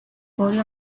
body